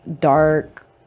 dark